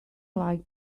like